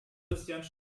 läuft